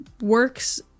works